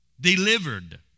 Delivered